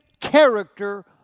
character